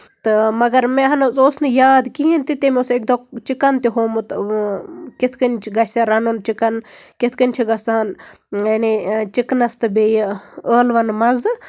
تہٕ مَگر مےٚ نہ حظ اوس نہٕ یاد کِہینۍ تہِ کہِ تٔمۍ اوس اَکہِ دۄہ چِکَن تہِ ہومُت کِتھ کَنۍ گژھِ رَنُن چِکَن کِتھ کَنۍ چھُ گژھان یعنی چِکَنس تہٕ بیٚیہِ ٲلوَن مَزٕ